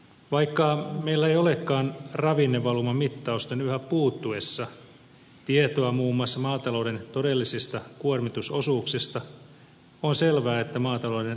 vaikka meillä ei olekaan ravinnevalumamittausten yhä puuttuessa tietoa muun muassa maatalouden todellisista kuormitusosuuksista on selvää että maatalouden ravinnekuormitusta on vähennettävä